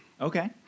Okay